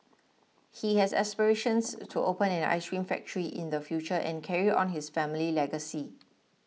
he has aspirations to open an ice cream factory in the future and carry on his family legacy